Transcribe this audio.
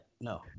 no